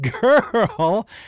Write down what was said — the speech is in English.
girl